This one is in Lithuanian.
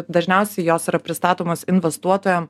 dažniausiai jos yra pristatomos investuotojam